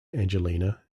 angelina